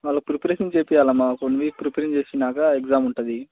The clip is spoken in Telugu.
వాళ్ళకి ప్రిపరేషన్ చేయించాలమ్మ వన్ వీక్ ప్రిపరేషన్ చేసినాక ఎగ్జామ్ ఉంటుంది